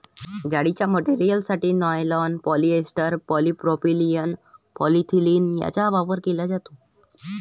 जाळीच्या मटेरियलसाठी nylon, polyester, polypropylene, polyethylene यांचा वापर केला जातो